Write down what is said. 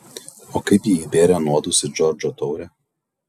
o kaip ji įbėrė nuodus į džordžo taurę